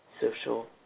social